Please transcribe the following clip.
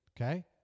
Okay